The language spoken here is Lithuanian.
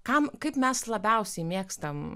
tam kaip mes labiausiai mėgstame